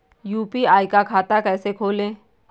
UPI का खाता कैसे खोलें?